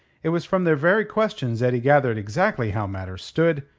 it was from their very questions that he gathered exactly how matters stood,